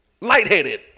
lightheaded